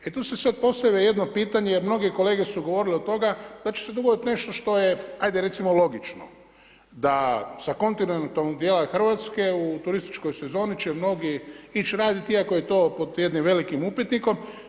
E tu se sada postavlja jedno pitanje jer mnoge kolege su govorile o tome da će se dogoditi nešto što je ajde recimo logično da sa kontinentalnog dijela Hrvatske u turističkoj sezoni će mnogi ići raditi iako je to pod jednim velikim upitnikom.